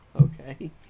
Okay